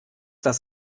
das